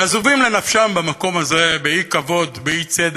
עזובים לנפשם במקום הזה, באי-כבוד, באי-צדק,